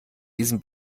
diesem